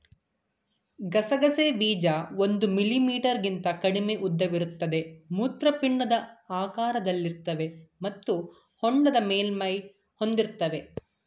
ಗಸಗಸೆ ಬೀಜ ಒಂದು ಮಿಲಿಮೀಟರ್ಗಿಂತ ಕಡಿಮೆ ಉದ್ದವಿರುತ್ತವೆ ಮೂತ್ರಪಿಂಡ ಆಕಾರದಲ್ಲಿರ್ತವೆ ಮತ್ತು ಹೊಂಡದ ಮೇಲ್ಮೈ ಹೊಂದಿರ್ತವೆ